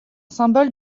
symbole